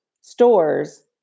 stores